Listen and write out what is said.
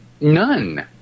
none